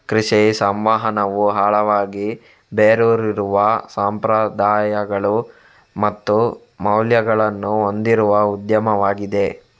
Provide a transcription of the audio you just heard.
ಕೃಷಿ ಸಂವಹನವು ಆಳವಾಗಿ ಬೇರೂರಿರುವ ಸಂಪ್ರದಾಯಗಳು ಮತ್ತು ಮೌಲ್ಯಗಳನ್ನು ಹೊಂದಿರುವ ಉದ್ಯಮವಾಗಿದೆ